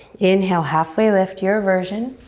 inhale, halfway lift, your version.